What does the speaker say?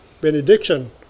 benediction